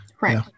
Right